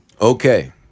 Okay